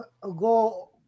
go